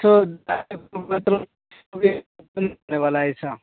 मतलब यह ने वाला ऐसा